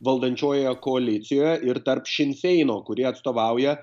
valdančiojoje koalicijoje ir tarp šin feino kurie atstovauja